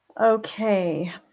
Okay